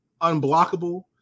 unblockable